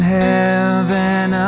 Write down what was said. heaven